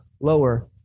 lower